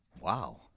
Wow